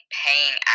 paying